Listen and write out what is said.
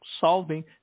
Solving